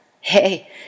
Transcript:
Hey